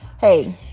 Hey